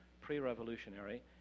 pre-revolutionary